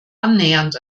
annähernd